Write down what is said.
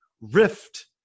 rift